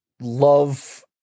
love